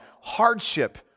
hardship